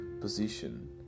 position